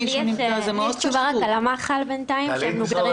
בדקתי, מח"ל מוגדרים